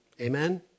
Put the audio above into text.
Amen